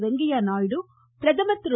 வெங்கய்ய நாயுடு பிரதமர் திரு